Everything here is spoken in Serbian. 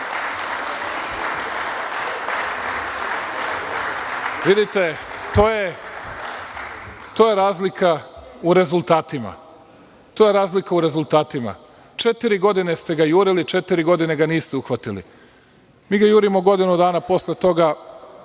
To je razlika u rezultatima. Četiri godine ste ga jurili, četiri godine ga niste uhvatili. Mi ga jurimo godinu dana. Posle toga,